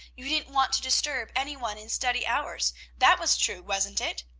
you didn't want to disturb any one in study hours that was true, wasn't it?